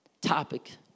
topic